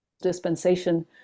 dispensation